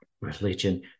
religion